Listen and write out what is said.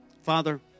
Father